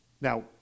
now